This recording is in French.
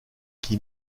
qui